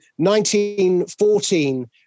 1914